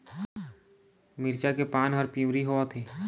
मिरचा के पान हर पिवरी होवथे?